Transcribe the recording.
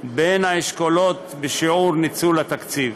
בין האשכולות בשיעור ניצול התקציב.